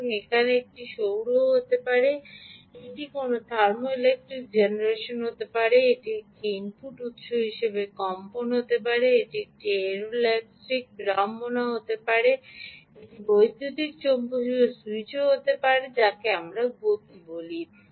সুতরাং এখানে এটি সৌর হতে পারে এটি কোনও থার্মোইলেক্ট্রিক জেনারেশন হতে পারে এটি একটি ইনপুট উত্স হিসাবে কম্পন হতে পারে এটি এয়ারো ইলাস্টিক বিড়ম্বনা হতে পারে এটি বৈদ্যুতিন চৌম্বকীয় সুইচ হতে পারে বা আমাদের এটিকে গতি বলি